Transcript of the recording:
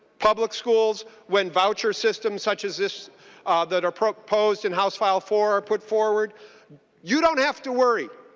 public schools when voucher systems such as this that are proposed in house file for our put forward you don't have to worry.